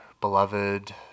beloved